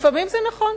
לפעמים זה נכון.